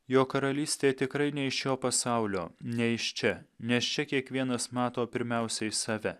jo karalystė tikrai ne iš šio pasaulio ne iš čia nes čia kiekvienas mato pirmiausiai save